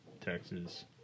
Texas